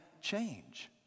change